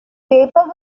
paper